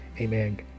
amen